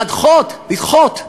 לדחות,